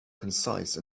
concise